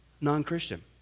non-Christian